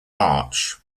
arch